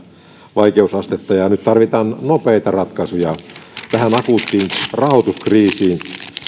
vaikeusastetta nyt tarvitaan nopeita ratkaisuja tähän akuuttiin rahoituskriisiin